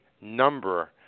number